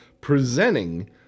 presenting